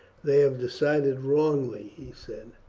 they have decided wrongly, he said.